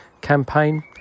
campaign